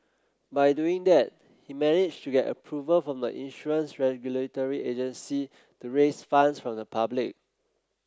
by doing that he managed to get approval from the insurance regulatory agency to raise funds from the public